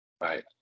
Right